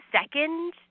second